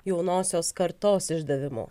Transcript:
jaunosios kartos išdavimu